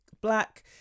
black